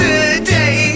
Today